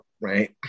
right